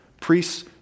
Priests